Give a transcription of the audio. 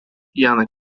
janek